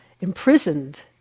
imprisoned